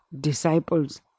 disciples